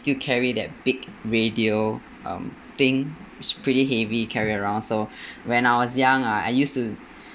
still carry that big radio um thing it's pretty heavy carry it around so when I was young I used to